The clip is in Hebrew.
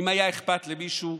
אם היה אכפת למישהו,